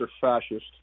fascist